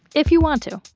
if you want to